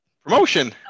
promotion